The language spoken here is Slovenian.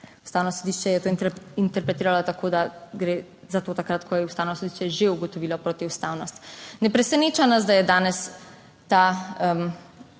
Ustavno sodišče je to interpretiralo tako, da gre za to takrat, ko je Ustavno sodišče že ugotovilo protiustavnost. Ne preseneča nas, da je danes ta